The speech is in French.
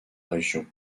région